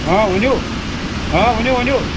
آ ؤنِو آ ؤنِو ؤنِو